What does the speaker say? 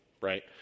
right